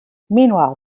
meanwhile